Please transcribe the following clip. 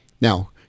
Now